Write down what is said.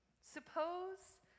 Suppose